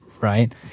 Right